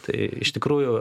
tai iš tikrųjų